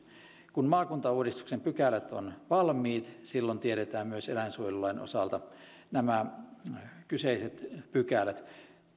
kun maakuntauudistuksen pykälät ovat valmiit silloin tiedetään myös eläinsuojelulain osalta nämä kyseiset pykälät